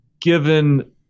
given –